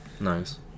Nice